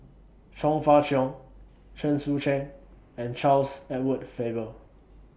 Chong Fah Cheong Chen Sucheng and Charles Edward Faber